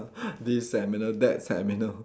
this seminar that seminar